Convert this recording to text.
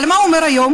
אבל מה הוא אומר היום?